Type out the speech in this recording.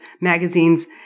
magazines